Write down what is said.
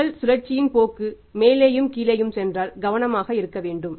தொழில்கள் சுழற்சியின் போக்கு மேலேயும் கீழேயும் சென்றால் கவனமாக இருக்க வேண்டும்